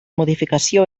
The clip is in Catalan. modificació